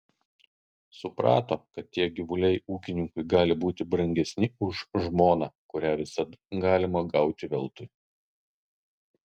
suprato kad tie gyvuliai ūkininkui gali būti brangesni už žmoną kurią visada galima gauti veltui